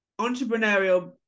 entrepreneurial